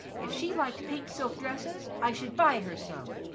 if she liked pink silk dresses, i should buy her some,